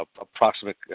approximate